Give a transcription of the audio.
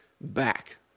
back